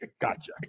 Gotcha